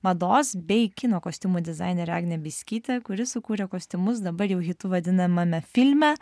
mados bei kino kostiumų dizainerė agnė biskytė kuri sukūrė kostiumus dabar jau hitu vadinamame filme